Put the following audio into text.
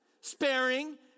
sparing